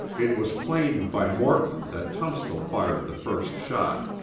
it was claimed by morton that tunstall fired the first shot,